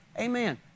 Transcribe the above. amen